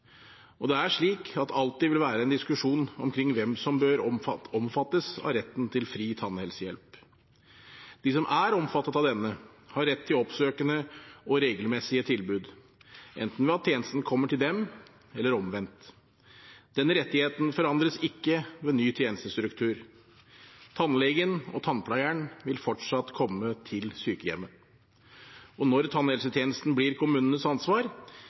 Det vil alltid være en diskusjon omkring hvem som bør omfattes av retten til fri tannhelsehjelp. De som er omfattet av denne, har rett til oppsøkende og regelmessige tilbud, enten ved at tjenesten kommer til dem, eller omvendt. Den rettigheten forandres ikke ved ny tjenestestruktur. Tannlegene og tannpleieren vil fortsatt komme til sykehjemmet. Når tannhelsetjenesten blir kommunenes ansvar,